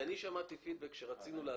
כי אני שמעתי פידבק שרצינו לעזור,